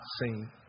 seen